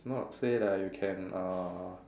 not say like you can uh